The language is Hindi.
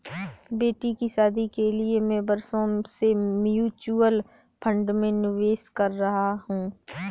बेटी की शादी के लिए मैं बरसों से म्यूचुअल फंड में निवेश कर रहा हूं